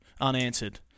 unanswered